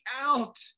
out